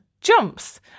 jumps